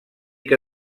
que